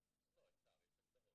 לא, אפשר, יש הגדרות.